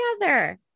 together